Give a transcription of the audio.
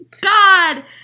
God